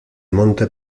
monte